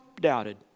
doubted